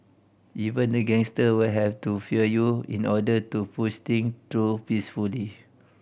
even the gangster will have to fear you in order to push thing through peacefully